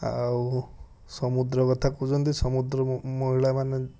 ଆଉ ସମୁଦ୍ର କଥା ଖୋଜନ୍ତି ସମୁଦ୍ର ମହିଳାମାନେ